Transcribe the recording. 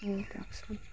দিয়কচোন